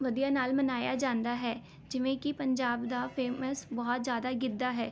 ਵਧੀਆ ਨਾਲ ਮਨਾਇਆ ਜਾਂਦਾ ਹੈ ਜਿਵੇਂ ਕਿ ਪੰਜਾਬ ਦਾ ਫ਼ੇਮਸ ਬਹੁਤ ਜ਼ਿਆਦਾ ਗਿੱਧਾ ਹੈ